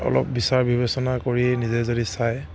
অলপ বিচাৰ বিবেচনা কৰি নিজে যদি চায়